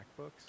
MacBooks